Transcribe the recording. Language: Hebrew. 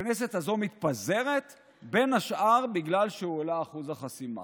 הכנסת הזו מתפזרת בין השאר בגלל שהועלה אחוז החסימה.